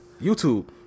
YouTube